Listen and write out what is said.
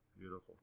Beautiful